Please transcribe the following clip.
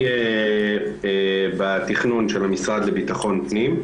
אני בתכנון של המשרד לביטחון פנים.